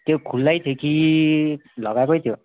त्यो खुलै थियो कि लगाएकै थियो